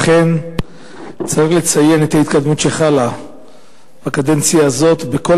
אכן צריך לציין את ההתקדמות שחלה בקדנציה הזאת בכל